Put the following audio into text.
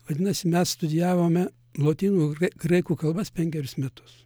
vadinasi mes studijavome lotynų graikų kalbas penkerius metus